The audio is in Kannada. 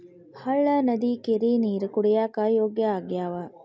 ಹಳ್ಳಾ ನದಿ ಕೆರಿ ನೇರ ಕುಡಿಯಾಕ ಯೋಗ್ಯ ಆಗ್ಯಾವ